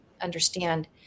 understand